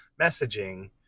messaging